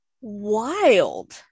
Wild